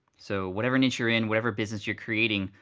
so whatever niche you're in, whatever business you're creating,